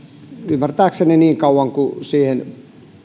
ymmärtääkseni niin kauan kunnes siihen